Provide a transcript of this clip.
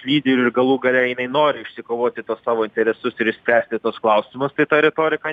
lyderių ir galų gale jinai nori išsikovoti tuos savo interesus ir spręsti tuos klausimus tai ta retorika